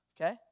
Okay